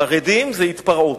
חרדים זה התפרעות,